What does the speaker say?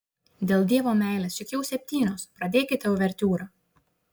dėl dievo meilės juk jau septynios pradėkite uvertiūrą